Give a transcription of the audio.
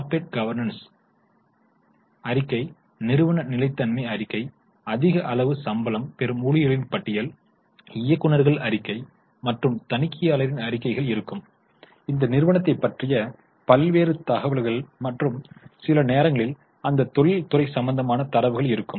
corporate governance அறிக்கை நிறுவன நிலைத்தன்மை அறிக்கை அதிக அளவு சம்பளம் பெறும் ஊழியர்களின் பட்டியல் இயக்குனர்கள் அறிக்கை மற்றும் தணிக்கையாளரின் அறிக்கைகள் இருக்கும் இந்த நிறுவனத்தைப் பற்றிய பல்வேறு தகவல்கள் மற்றும் சில நேரங்களில் அந்த தொழில் துறை சம்பந்தமான தரவுகள் இருக்கும்